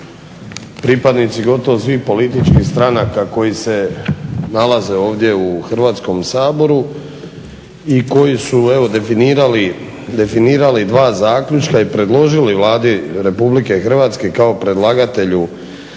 pripadnici gotovo svih političkih stranaka koji se nalaze ovdje u Hrvatskom saboru i koji su definirali dva zaključka i predložili Vladi Republike Hrvatske kao predlagatelju